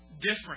different